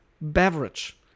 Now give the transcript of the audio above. beverage